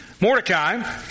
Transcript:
Mordecai